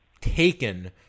taken